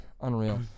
unreal